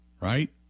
right